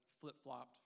flip-flopped